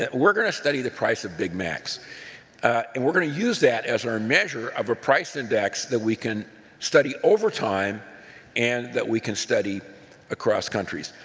we're going to study the price of big macs and we're going to use that as our measure of a price index that we can study over time and that we can study across countries.